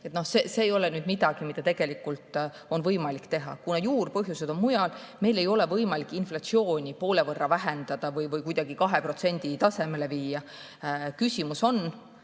see ei ole midagi, mida tegelikult on võimalik teha, kuna juurpõhjused on mujal. Meil ei ole võimalik inflatsiooni poole võrra vähendada või kuidagi 2% tasemele viia. Küsimus on,